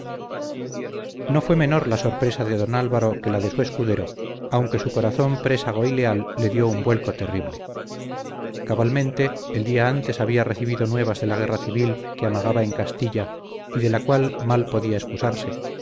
no fue menor la sorpresa de don álvaro que la de su escudero aunque su corazón présago y leal le dio un vuelco terrible cabalmente el día antes había recibido nuevas de la guerra civil que amagaba en castilla y de la cual mal podía excusarse